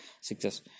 success